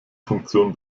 funktion